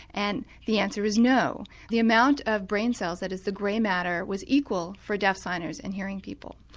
and the answer is no, the amount of brain cells, that is the grey matter, was equal for deaf signers and hearing people.